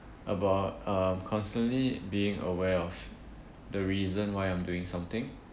about um constantly being aware of the reason why I'm doing something